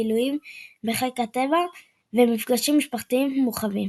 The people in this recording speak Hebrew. בילויים בחיק הטבע ומפגשים משפחתיים מורחבים.